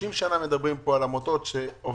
30 שנה מדברים על עמותות שעובדות